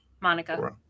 Monica